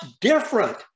different